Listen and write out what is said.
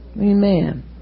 Amen